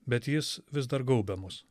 bet jis vis dar gaubia mus